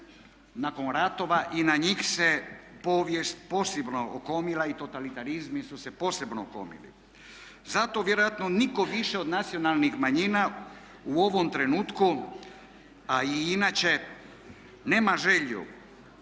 nakon ratova i na njih se povijest posebno okomila i totalitarizmi su se posebno okomili. Zato vjerojatno nitko više od nacionalnih manjina u ovom trenutku, a i inače, nema želju